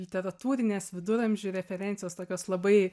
literatūrinės viduramžių referencijos tokios labai